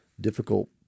difficult